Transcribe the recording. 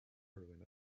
heroine